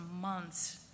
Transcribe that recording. months